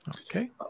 Okay